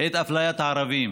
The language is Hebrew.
את אפליית הערבים,